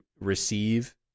receive